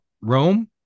Rome